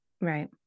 Right